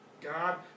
God